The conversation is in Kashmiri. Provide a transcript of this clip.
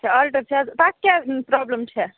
اچھا آلٹَر چھِ حظ تَتھ کیا پرٛابلم چھےٚ